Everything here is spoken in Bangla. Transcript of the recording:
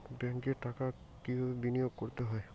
ব্যাংকে টাকা কিভাবে বিনোয়োগ করতে হয়?